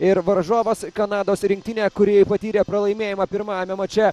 ir varžovas kanados rinktinė kuri patyrė pralaimėjimą pirmajame mače